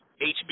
HB